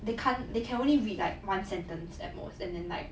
they can't they can only read like one sentence at most and then like